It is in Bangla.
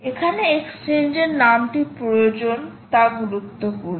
এখানে এক্সচেঞ্জের নামটি প্রয়োজন তা গুরুত্বপূর্ণ